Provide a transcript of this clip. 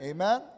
Amen